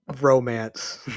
romance